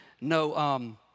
no